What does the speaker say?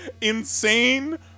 Insane